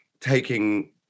taking